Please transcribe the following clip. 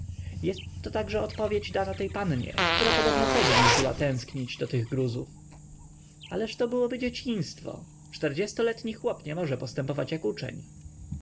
jest to także odpowiedź dana tej pannie która podobno codzień jeździła tęsknić do tych gruzów ależ to byłoby dzieciństwo czterdziestoletni chłop nie może postępować jak uczeń